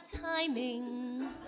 timing